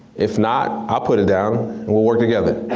if not, i'll put it down, we'll work together.